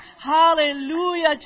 hallelujah